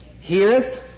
Heareth